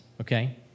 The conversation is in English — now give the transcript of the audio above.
okay